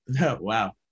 wow